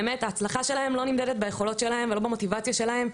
ההצלחה שלהם לא נמדדת ביכולות שלהם או במוטיבציה שלהם,